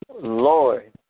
Lord